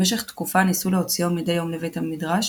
למשך תקופה ניסו להוציאו מדי יום לבית מדרש,